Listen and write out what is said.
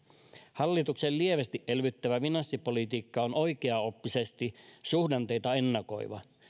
hallituksen lievästi elvyttävä finanssipolitiikka on oikeaoppisesti suhdanteita ennakoiva